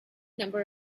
number